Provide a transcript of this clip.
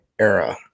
Era